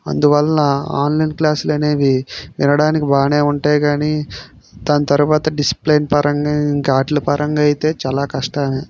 అందువలన ఆన్లైన్ క్లాసులనేవి వినడానికి బాగానే ఉంటాయి కాని దాని తరువాత డిసిప్లైన్ పరంగా ఆట్లు పరంగా అయితే చాలా కష్టామే